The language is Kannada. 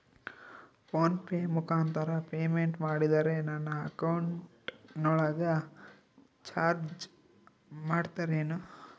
ಫೋನ್ ಪೆ ಮುಖಾಂತರ ಪೇಮೆಂಟ್ ಮಾಡಿದರೆ ನನ್ನ ಅಕೌಂಟಿನೊಳಗ ಚಾರ್ಜ್ ಮಾಡ್ತಿರೇನು?